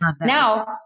Now